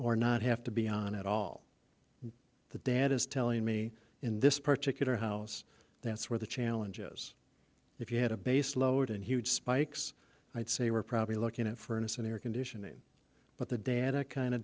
or not have to be on at all the dad is telling me in this particular house that's where the challenge is if you had a base load and huge spikes i'd say we're probably looking at furnace and air conditioning but the dad a kind of